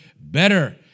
better